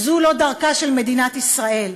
זו לא דרכה של מדינת ישראל".